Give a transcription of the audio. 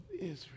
Israel